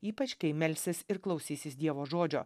ypač kai melsis ir klausysis dievo žodžio